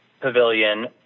pavilion